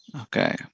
Okay